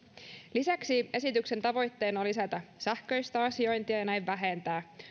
lisäksi esityksen tavoitteena on lisätä sähköistä asiointia ja näin vähentää